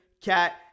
Cat